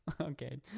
Okay